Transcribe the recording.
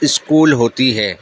school ہوتی ہے